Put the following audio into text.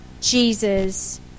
Jesus